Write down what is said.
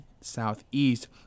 Southeast